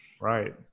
right